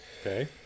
Okay